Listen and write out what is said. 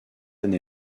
année